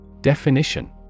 Definition